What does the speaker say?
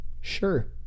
Sure